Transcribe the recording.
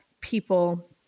people